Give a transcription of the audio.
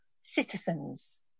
citizens